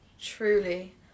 truly